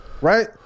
right